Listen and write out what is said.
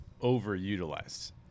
overutilized